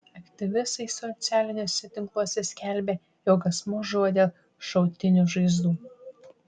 aktyvistai socialiniuose tinkluose skelbia jog asmuo žuvo dėl šautinių žaizdų